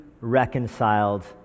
reconciled